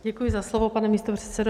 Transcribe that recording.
Děkuji za slovo, pane místopředsedo.